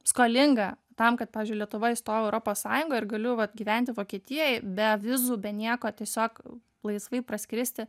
skolinga tam kad pavyzdžiui lietuva įstojo į europos sąjungą ir galiu vat gyventi vokietijoj be vizų be nieko tiesiog laisvai praskristi